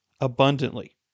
abundantly